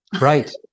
Right